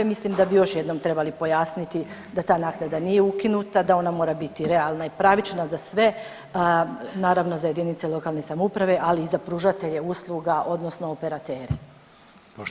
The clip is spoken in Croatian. Mislim da bi još jednom trebali pojasniti da ta naknada nije ukinuta da ona mora biti realna i pravična za sve, naravno za jedinice lokalne samouprave, ali i za pružatelje usluga odnosno operatere.